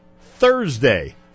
Thursday